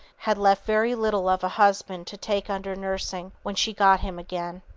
had left very little of a husband to take under nursing when she got him again.